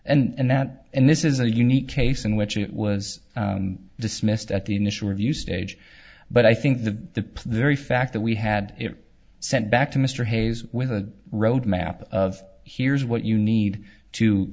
and that and this is a unique case in which it was dismissed at the initial review stage but i think the very fact that we had it sent back to mr hayes with a roadmap of here's what you need to